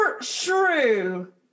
shrew